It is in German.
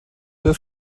das